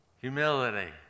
Humility